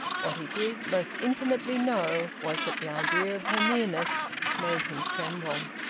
what he did most intimately know was that the idea of her nearness made him tremble.